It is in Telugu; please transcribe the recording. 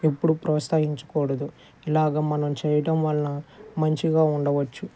ఎప్పుడూ ప్రోత్సహించకూడదు ఇలాగ మనం చేయటం వలన మంచిగా ఉండవచ్చు